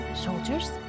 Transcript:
soldiers